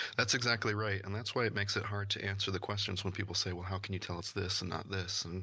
that's exactly right. and that's why it makes it hard to answer the questions when people say, well how can you tell it's this and not this?